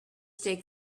stay